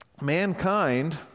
mankind